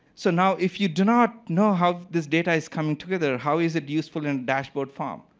so now if you do not know how this data is coming together, how is it useful in dashboard prompt?